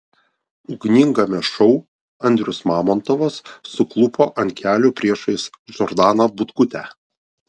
ugningame šou andrius mamontovas suklupo ant kelių priešais džordaną butkutę